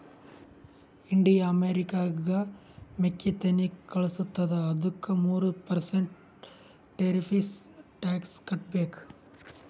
India ಅಮೆರಿಕಾಗ್ ಮೆಕ್ಕಿತೆನ್ನಿ ಕಳುಸತ್ತುದ ಅದ್ದುಕ ಮೂರ ಪರ್ಸೆಂಟ್ ಟೆರಿಫ್ಸ್ ಟ್ಯಾಕ್ಸ್ ಕಟ್ಟಬೇಕ್